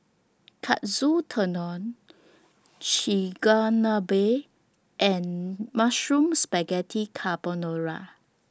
Katsu Tendon Chigenabe and Mushroom Spaghetti Carbonara